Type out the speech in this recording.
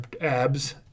abs